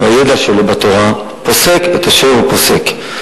והידע שלו בתורה, פוסק את אשר הוא פוסק.